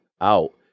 out